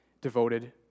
devoted